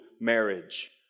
marriage